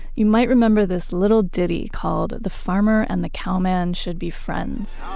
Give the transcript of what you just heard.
you might remember this little ditty called the farmer and the cowman should be friends